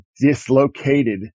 dislocated